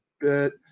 bit